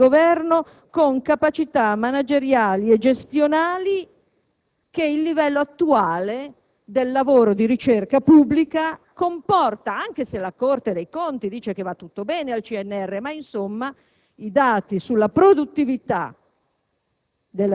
negli organi di governo, con le capacità manageriali e gestionali che il livello attuale del lavoro di ricerca pubblica comporta. È vero che la Corte dei conti sostiene che al CNR va tutto bene, ma certo i dati sulla produttività